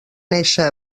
néixer